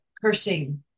cursing